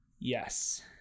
Yes